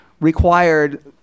required